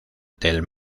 del